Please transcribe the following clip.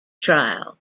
trial